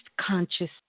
consciousness